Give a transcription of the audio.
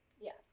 Yes